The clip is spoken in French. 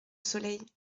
soleil